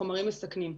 לחומרים מסכנים,